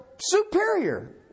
superior